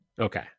Okay